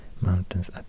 mountains